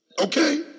Okay